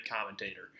commentator